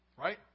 right